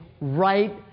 right